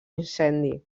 incendi